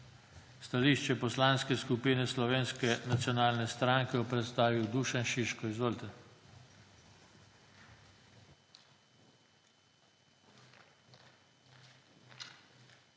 Stališče Poslanske skupine Slovenske nacionalne stranke bo predstavil Dušan Šiško. Izvolite.